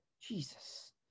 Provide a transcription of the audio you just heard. Jesus